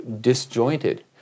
disjointed